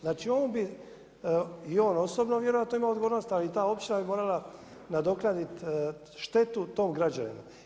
Znači, on bi, i on osobno bi vjerojatno imao odgovornost a i ta općina bi morala nadoknaditi štetu tom građaninu.